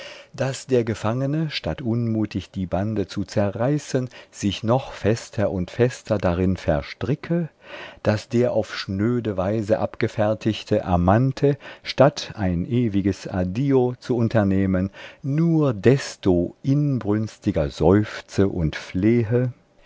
daß der gefangene statt unmutig die bande zu zerreißen sich noch fester und fester darin verstricke daß der auf schnöde weise abgefertigte amante statt ein ewiges addio zu unternehmen nur desto inbrünstiger seufze und flehe